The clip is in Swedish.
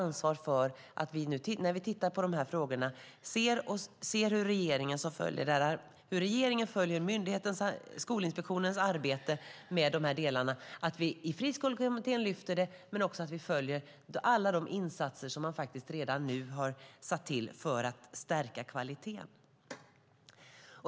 När vi tittar på de här frågorna har vi i Friskolekommittén ett ansvar att se hur regeringen följer Skolinspektionens arbete med de här delarna och följa upp alla de insatser som man redan nu har satt in för att stärka kvaliteten.